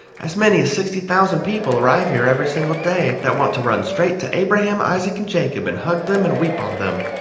as many as sixty thousand people arrive here every single day, that want to run straight to abraham, isaac and jacob, and hug them and weep on them.